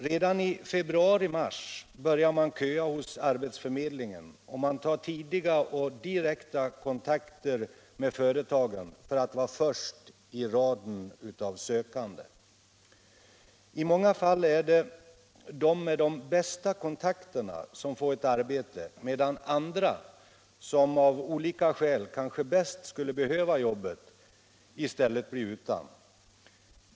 Redan i februari-mars börjar de köa hos arbetsförmedlingen och tar tidiga och direkta kontakter med företagen för att vara först i raden av sökande. I många fall är det de som har de bästa kontakterna som får ett arbete, medan andra, som av olika skäl kanske bäst skulle behöva jobbet, i stället blir utan.